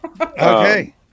Okay